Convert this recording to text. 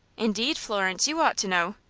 indeed, florence, you ought to know,